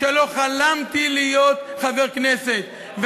כשלא חלמתי להיות חבר כנסת.